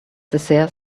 dessert